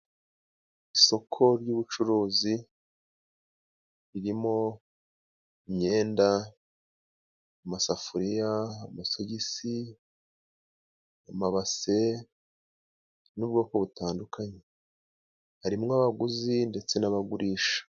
Isoko ry'ubucuruzi ririmo imyenda, amasafuriya amasogisi, amabase n'ubwoko butandukanye harimo abaguzi ndetse n'abagurisha.